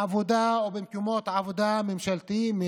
בעבודה או במקומות עבודה ממשלתיים.